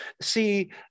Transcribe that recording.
See